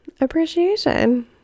appreciation